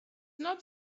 not